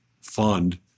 fund